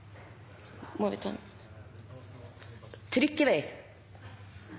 må ta ein